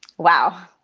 wow,